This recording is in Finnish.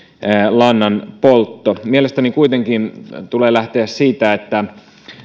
lannan poltto mielestäni kuitenkin tulee lähteä siitä että